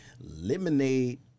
lemonade